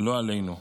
"לא עלינו",